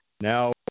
now